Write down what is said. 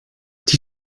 die